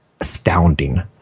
astounding